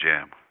Jam